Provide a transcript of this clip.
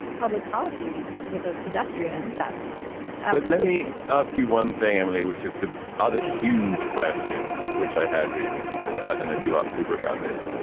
public policy with those pedestrian deaths let me ask you one thing, emily, which is the other huge question which i had reading this report. i don't know if you asked google about this,